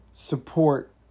support